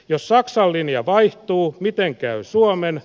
jos saksan linja vaihtuu miten käy suomen